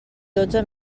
dotze